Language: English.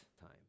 time